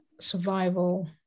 survival